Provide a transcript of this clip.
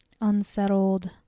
unsettled